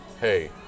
hey